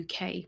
UK